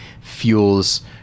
fuels